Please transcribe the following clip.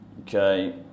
okay